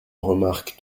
remarque